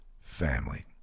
family